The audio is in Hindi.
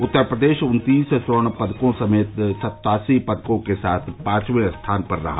उत्तर प्रदेश उन्तीस स्वर्ण पदकों समेत सत्तासी पदकों के साथ पांचवें स्थान पर रहा